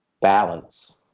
balance